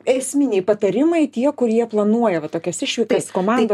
esminiai patarimai tie kurie planuoja va tokias išvykas komanda